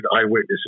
eyewitnesses